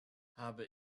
habe